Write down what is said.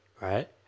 right